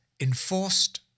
enforced